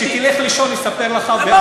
כשתלך לישון, נספר לך ואז תבין.